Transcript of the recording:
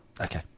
Okay